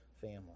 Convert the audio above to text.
family